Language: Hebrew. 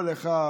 כל אחד,